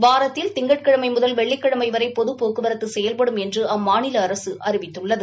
வாரத்தில் திங்கட்கிழமை முதல் வெள்ளிக்கிழமை வரை பொது போக்குவரத் செயல்படும் என்று அம்மாநில அரசு அறிவித்துள்ளது